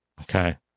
Okay